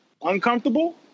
uncomfortable